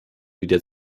wieder